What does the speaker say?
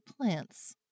plants